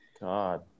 God